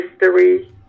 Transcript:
history